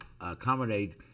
accommodate